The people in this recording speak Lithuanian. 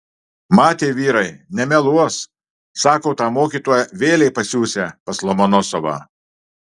matė vyrai nemeluos sako tą mokytoją vėlei pasiųsią pas lomonosovą